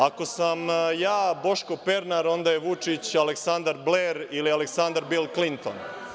Ako sam ja Boško Pernar, onda je Vučić Aleksandar Bler ili Aleksandar Bil Klinton.